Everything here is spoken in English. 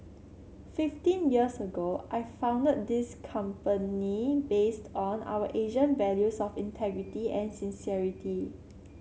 fifteen years ago I founded this company based on our Asian values of integrity and sincerity